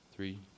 Three